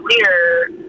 clear